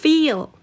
Feel